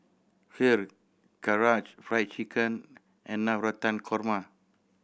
Kheer Karaage Fried Chicken and Navratan Korma